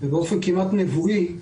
באופן כמעט נבואי,